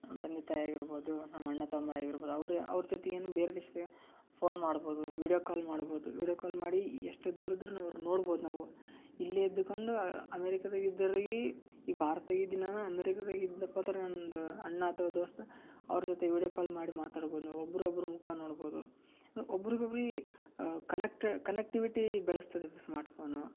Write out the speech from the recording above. ನಮ್ಮ ತಂದೆ ತಾಯಿ ಆಗಿರ್ಬೋದು ನಮ್ಮ ಅಣ್ಣ ತಮ್ಮ ಆಗಿರ್ಬೋದು ಅವ್ರ ಅವ್ರ ಜೊತೆ ಏನು ಬೇರೆ ದೇಶದಾಗ ಫೋನ್ ಮಾಡ್ಬೋದು ವೀಡಿಯೋ ಕಾಲ್ ಮಾಡ್ಬೋದು ವೀಡಿಯೋ ಕಾಲ್ ಮಾಡಿ ಎಷ್ಟು ದೂರ ಇದ್ರೂ ಅವ್ರನ್ನ ನೋಡ್ಬೋದು ನಾವು ಇಲ್ಲೇ ಇದ್ದುಕೊಂಡು ಅಮೇರಿಕದಾಗ ಇದ್ದೋರಿಗೆ ಈ ಭಾರತ್ದಾಗ ಇದ್ದು ನಾನು ಅಮೇರಿಕದಾಗ ಇದ್ದೆನಪ್ಪ ಅಂದ್ರೆ ನಂದು ಅಣ್ಣ ಅಥ್ವಾ ದೋಸ್ತ ಅವ್ರ ಜೊತೆ ವೀಡಿಯೋ ಕಾಲ್ ಮಾಡಿ ಮಾತಾಡ್ಬೋದು ನಾವು ಒಬ್ರ ಒಬ್ರ ಮುಖ ನೋಡ್ಬೋದು ಒಬ್ರಿಗೊಬ್ರಿಗೆ ಕನೆಕ್ಟ್ ಕನೆಕ್ಟಿವಿಟಿ ಬೆಳೆಸ್ತದೆ ಇದು ಸ್ಮಾರ್ಟ್ ಫೋನು